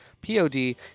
p-o-d